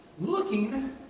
looking